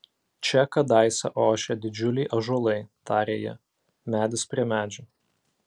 čia kadaise ošė didžiuliai ąžuolai tarė ji medis prie medžio